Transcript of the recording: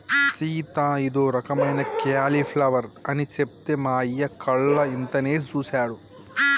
సీత ఇదో రకమైన క్యాలీఫ్లవర్ అని సెప్తే మా అయ్య కళ్ళు ఇంతనేసి సుసాడు